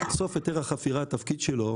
בסוף התפקיד של היתר החפירה הוא